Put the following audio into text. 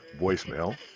voicemail